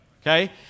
Okay